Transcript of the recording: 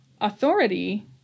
authority